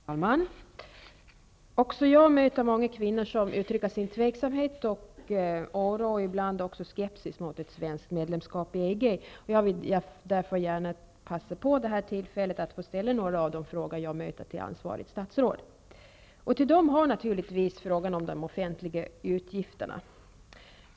Herr talman! Också jag möter många kvinnor som uttrycker sin tveksamhet och oro, och ibland även skepsis, inför ett svenskt medlemskap i EG. Jag vill därför gärna passa på det här tillfället att till ansvarigt statsråd ställa några av de frågor jag konfronteras med. Till dem hör naturligtvis frågan om de offentliga utgifterna.